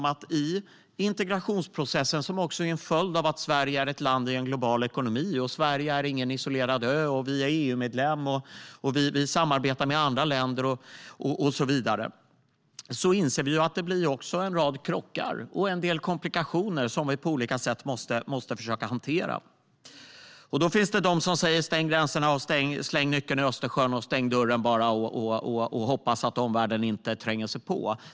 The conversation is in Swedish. Vi inser att i integrationsprocessen - som också är en följd av att Sverige är ett land i en global ekonomi och inte någon isolerad ö, är EU-medlem och samarbetar med andra länder och så vidare - blir det en rad krockar och en del komplikationer som vi på olika sätt måste försöka hantera. Då finns det de säger: "Stäng gränserna och släng nyckeln i Östersjön!" De vill stänga dörren och hoppas att omvärlden inte tränger sig på.